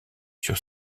sur